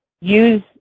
use